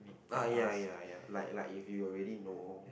oh ya ya ya like like you have already know